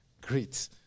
great